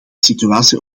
situatie